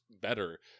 better